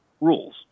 rules